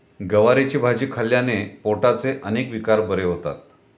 गवारीची भाजी खाल्ल्याने पोटाचे अनेक विकार बरे होतात